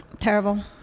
Terrible